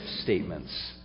statements